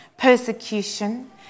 persecution